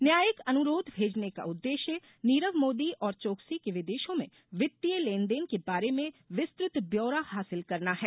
न्यायिक अनुरोध भेजने का उद्देश्य नीरव मोदी और चोकसी के विदेशों में वित्तीय लेनदेन के बारे में विस्तृत व्यौरा हासिल करना है